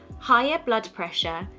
higher blood pressure,